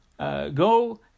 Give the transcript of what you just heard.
Go